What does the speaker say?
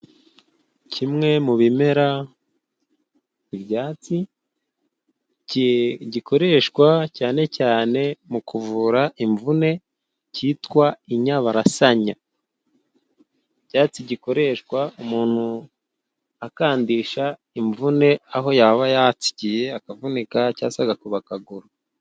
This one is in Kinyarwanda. Kimwe mu bimera ibyatsi gikoreshwa cyane cyane mu kuvura imvune kitwa inyabarasanya, icyatsi gikoreshwa umuntu akandisha imvune aho yaba yatsikiye akavunika, cyangwa se agakuba akaguru.